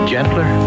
Gentler